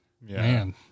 Man